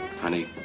honey